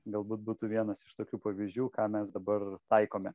galbūt būtų vienas iš tokių pavyzdžių ką mes dabar taikome